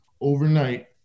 Overnight